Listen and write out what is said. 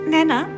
Nana